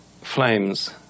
flames